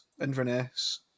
Inverness